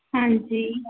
ਹਾਂਜੀ